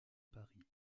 paris